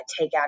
takeout